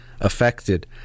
affected